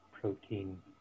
protein